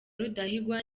rudahigwa